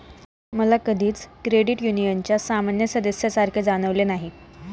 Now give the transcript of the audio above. मला कधीच क्रेडिट युनियनच्या सामान्य सदस्यासारखे जाणवले नाही